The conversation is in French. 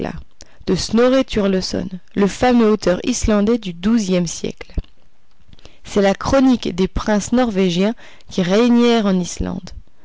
lheims kringla de snorre turleson le fameux auteur islandais du douzième siècle c'est la chronique des princes norvégiens qui régnèrent en islande